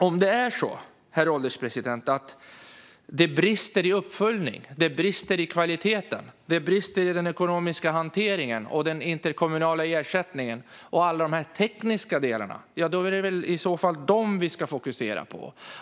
Om det är så, herr ålderspresident, att det brister i uppföljning, i kvalitet, i ekonomiska hantering, i den interkommunala ersättningen och i alla de här tekniska delarna är det väl i så fall dem vi ska fokusera på.